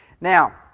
Now